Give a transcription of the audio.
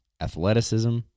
athleticism